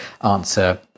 Answer